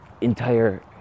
entire